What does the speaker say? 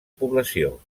població